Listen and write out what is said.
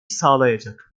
sağlayacak